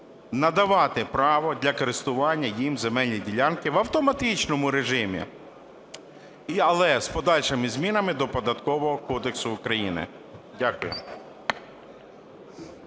надавати їм право для користування земельними ділянками в автоматичному режимі, але з подальшими змінами до Податкового кодексу України. Дякую.